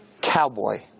cowboy